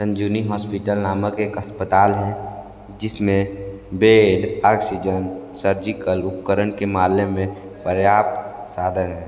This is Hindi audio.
संजीवनी हॉस्पिटल नामक एक अस्पताल है जिसमे बेड ऑक्सीजन सर्जिकल उपकरण के माले में प्रयाप्त साधन